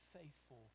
faithful